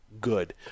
good